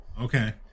Okay